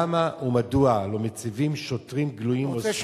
למה ומדוע לא מציבים שוטרים גלויים או סמויים,